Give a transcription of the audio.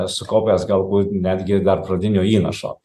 sukaupęs galbūt netgi dar pradinio įnašo